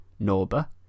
Norba